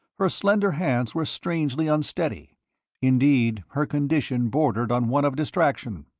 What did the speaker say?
her slender hands were strangely unsteady indeed her condition bordered on one of distraction.